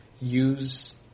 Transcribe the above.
use